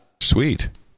Sweet